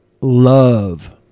love